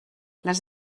les